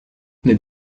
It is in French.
mais